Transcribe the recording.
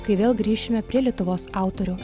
kai vėl grįšime prie lietuvos autorių